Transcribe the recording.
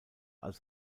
als